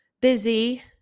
busy